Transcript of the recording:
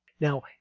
Now